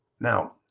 Now